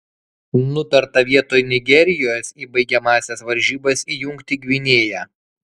nutarta vietoj nigerijos į baigiamąsias varžybas įjungti gvinėją